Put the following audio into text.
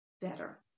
better